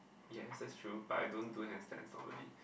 yes that's true but I don't do hand step normally